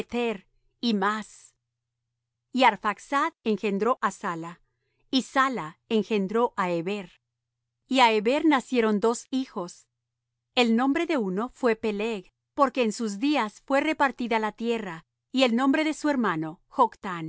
y mas y arphaxad engendró á sala y sala engendró á heber y á heber nacieron dos hijos el nombre de uno fué peleg porque en sus días fué repartida la tierra y el nombre de su hermano